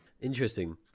interesting